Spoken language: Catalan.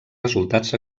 resultats